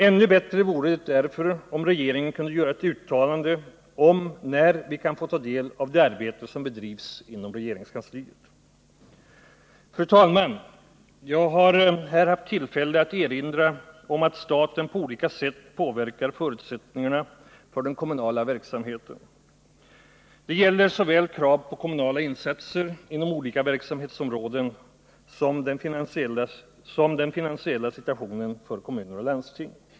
Ännu bättre vore det därför om regeringen kunde göra ett uttalande om när vi kan få ta del av det arbete som bedrivs inom regeringskansliet. Herr talman! Jag har här haft tillfälle att erinra om att staten på olika sätt påverkar förutsättningarna för den kommunala verksamheten. Det gäller såväl krav på kommunala insatser inom olika verksamhetsområden som den finansiella situationen för kommuner och landsting.